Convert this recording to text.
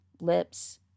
lips